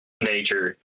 nature